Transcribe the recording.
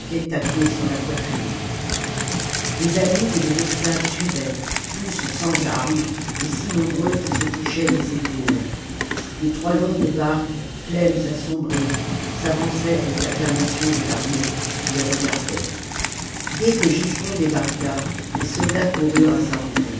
tatoué sur la poitrme des amis et des esclaves suivaient tous sans armes et si nombreux qu'ils se touchaient des épaules les trois longues barques pleines à sombrer s'avançaient aux acclamations de l'armée qui les regardait dès que giscon débarqua les soldats coururent à sa rencontre